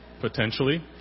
potentially